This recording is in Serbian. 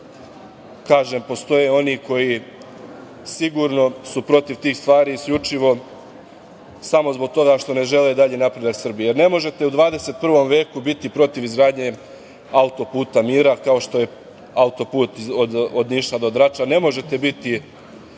kažem, postoje oni koji sigurno su protiv tih stvari isključivo samo zbog toga što ne žele dalji napredak Srbije. Ne možete u 21. veku biti protiv izgradnje autoputa mira kao što je autoput od Niša do Drača. Ne možete biti